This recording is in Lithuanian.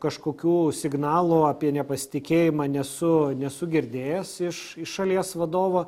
kažkokių signalų apie nepasitikėjimą nesu nesu girdėjęs iš iš šalies vadovo